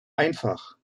einfach